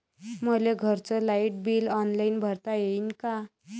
मले घरचं light bill online भरता येईन का?